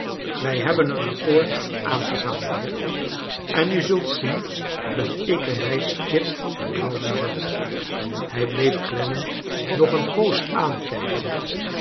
wij hebben een aoeoord aangegaan mijnheer en u zult zien dat ik er mij stipt aan houden zal hij bleef clennam nog een poos aankijken